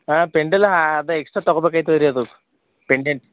ಹಾಂ ಪೆಂಡಲಾ ಅದ ಎಕ್ಸ್ಟ್ರಾ ತಗೊಬೇಕು ಐತದ ರೀ ಅದು ಪೆಂಡೆಂಟ್